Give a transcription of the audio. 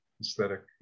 aesthetic